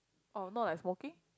oh not like smoking